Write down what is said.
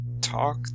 talk